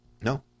No